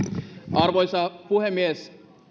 arvoisa puhemies